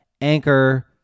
anchor